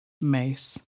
Mace